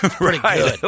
Right